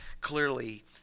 Clearly